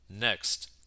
Next